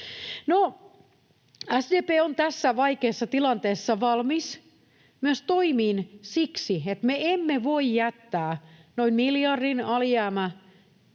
SDP on tässä vaikeassa tilanteessa valmis myös toimiin siksi, että me emme voi jättää noin miljardin alijäämätilanteessa